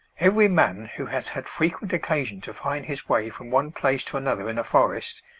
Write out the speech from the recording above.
every man who has had frequent occasion to find his way from one place to another in a forest,